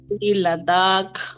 Ladakh